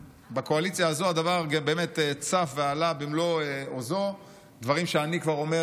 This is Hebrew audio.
בקואליציה הזאת הדבר צפו ועלו במלוא עוזם דברים שאני כבר אומר